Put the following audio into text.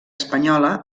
espanyola